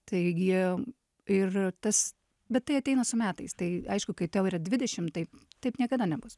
taigi ir tas bet tai ateina su metais tai aišku kai tau yra dvidešimt taip taip niekada nebus